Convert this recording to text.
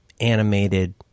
animated